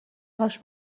هاش